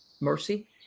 mercy